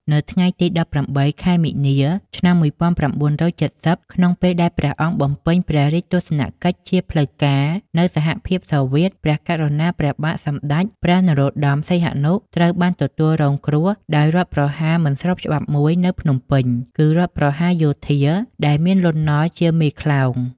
នៅថ្ងៃទី១៨ ខែមីនា ឆ្នាំ១៩៧០ ក្នុងពេលដែលព្រះអង្គ បំពេញព្រះរាជទស្សនកិច្ចជាផ្លូវ ការនៅសហភាពសូវៀត ព្រះករុណា ព្រះបាទសម្តេច ព្រះនរោត្តម សីហនុ ត្រូវបានទទួលរង គ្រោះដោយរដ្ឋប្រហារមិនស្របច្បាប់ មួយនៅភ្នំពេញ គឺជារដ្ឋប្រហារយោធា ដែលមាន លន់ នល់ ជាមេក្លោង។